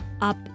up